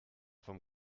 vom